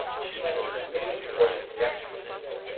she had an amazing way to connect with people.